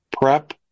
prep